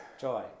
Joy